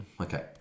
Okay